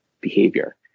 behavior